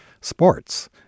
sports